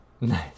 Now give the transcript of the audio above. Nice